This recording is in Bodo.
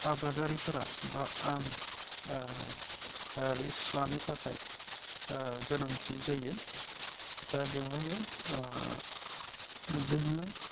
आबादारिफोरा बा आं रिस्क लानो थाखाय गोनांथि जायो दा बेवहायो जोङो